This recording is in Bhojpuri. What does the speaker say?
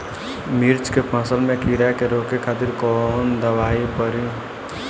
मिर्च के फसल में कीड़ा के रोके खातिर कौन दवाई पड़ी?